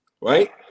Right